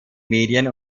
medien